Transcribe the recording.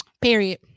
Period